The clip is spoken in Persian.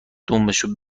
دمبشو